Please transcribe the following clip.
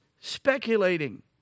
speculating